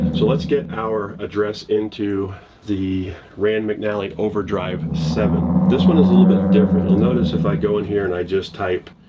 so let's get our address into the rand mcnally overdrive seven. this one is a little bit different. you'll notice if i go in here and i just type